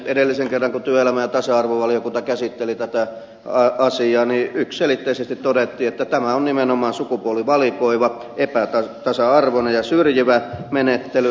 edellisen kerran kun työelämä ja tasa arvovaliokunta käsitteli tätä asiaa yksiselitteisesti todettiin että tämä on nimenomaan sukupuolivalikoiva epätasa arvoinen ja syrjivä menettely